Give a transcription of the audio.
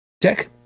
Tech